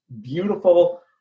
beautiful